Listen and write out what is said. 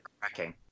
cracking